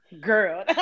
Girl